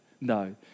No